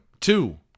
Two